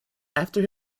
after